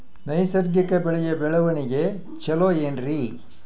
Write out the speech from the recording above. ನೈಸರ್ಗಿಕ ಬೆಳೆಯ ಬೆಳವಣಿಗೆ ಚೊಲೊ ಏನ್ರಿ?